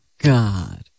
god